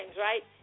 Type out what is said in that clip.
right